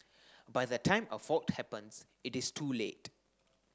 by the time a fault happens it is too late